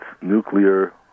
nuclear